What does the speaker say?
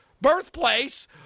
birthplace